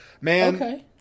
man